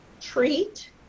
treat